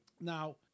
now